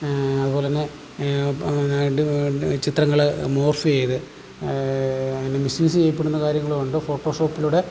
അതുപോലെതന്നെ ചിത്രങ്ങൾ മോർഫ് ചെയ്ത് മിസ്സ്യൂസ് ചെയ്യപ്പെടുന്ന കാര്യങ്ങളുമുണ്ട് ഫോട്ടോഷോപ്പിലൂടെ